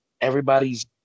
Everybody's